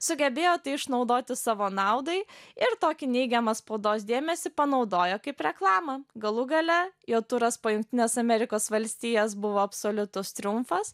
sugebėjo tai išnaudoti savo naudai ir tokį neigiamą spaudos dėmesį panaudojo kaip reklamą galų gale jo turas po jungtines amerikos valstijas buvo absoliutus triumfas